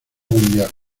mundial